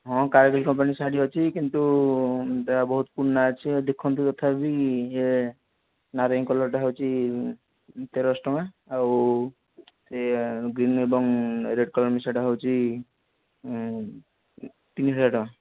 ହଁ କାରକୀ କମ୍ପାନୀ ଶାଢ଼ୀ ଅଛି କିନ୍ତୁ ତାହା ବହୁତ ପୁରୁଣା ଅଛି ହଉ ଦେଖନ୍ତୁ ତଥାପି ନାରଙ୍ଗୀ କଲର୍ଟା ହେଉଛି ତେରଶହ ଟଙ୍କା ଆଉ ସେ ଗ୍ରୀନ୍ ଏବଂ ରେଡ୍ କଲର୍ ମିଶାଟା ହେଉଛି ତିନି ହଜାର ଟଙ୍କା